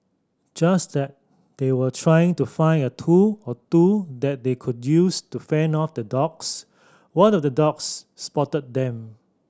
just at they were trying to find a tool or two that they could use to fend off the dogs one of the dogs spotted them